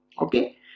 Okay